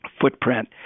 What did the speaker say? footprint